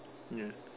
ya